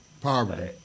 poverty